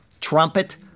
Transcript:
trumpet